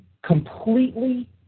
completely